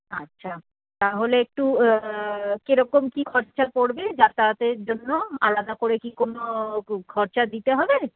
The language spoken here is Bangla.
আচ্ছা তাহলে একটু কিরকম কি খরচা পড়বে যাতায়াতের জন্য আলাদা করে কি কোনো খরচা দিতে হবে